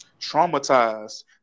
traumatized